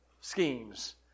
schemes